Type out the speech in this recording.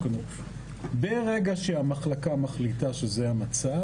ברגע שהמחלקה מחליטה שזה המצב,